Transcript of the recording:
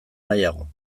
nahiago